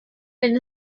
wenn